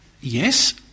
Yes